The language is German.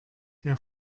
der